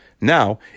Now